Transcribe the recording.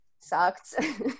sucked